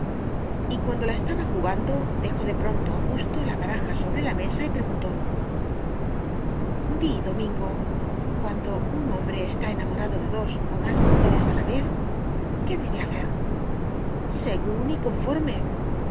y cuando la estaba jugando dejó de pronto augusto la baraja sobre la mesa y preguntó di domingo cuando un hombre está enamorado de dos o más mujeres a la vez qué debe hacer según y conforme